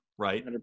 right